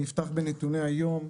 אני אפתח בנתוני היום,